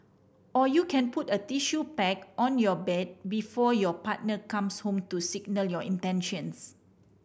or you can put a tissue packet on your bed before your partner comes home to signal your intentions